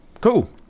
Cool